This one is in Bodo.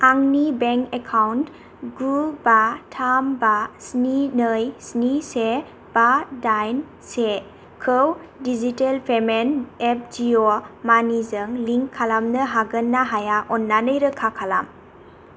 आंनि बेंक एकाउन्ट गु बा थाम बा स्नि नै स्नि से बा दाइन से खौ डिजिटल पेमेन्ट एप जिअ मानिजों लिंक खालामनो हागोन ना हाया अन्नानै रोखा खालाम